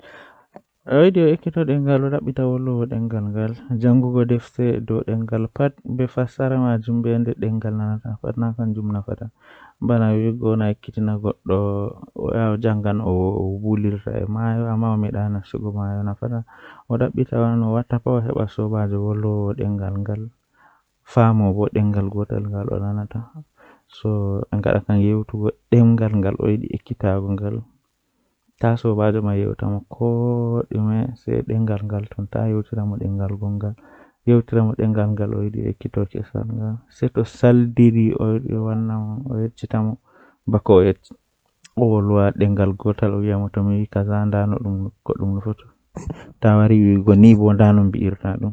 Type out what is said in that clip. Ɓikkon jotta ɓuri nanugo belɗum Miɗo yiɗi ko moƴƴi yimɓe ɓe doole ɓe yetto nder heɓugol fayde e no ɓuri saare e hokkugo. Kono, ko dume ngal wondi laabi kadi, e tawii konngol ngal hakkunde tofinay goonga.